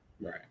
Right